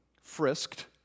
frisked